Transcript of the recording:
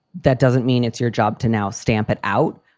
that doesn't mean it's your job to now stamp it out,